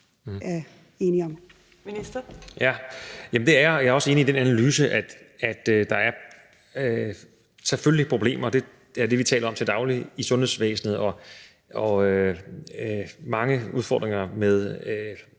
jeg er også enig i den analyse, at der selvfølgelig er problemer – det er det, vi taler om til daglig – i sundhedsvæsenet og mange udfordringer med